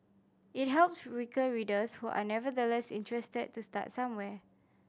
it helps weaker readers who are nevertheless interested to start somewhere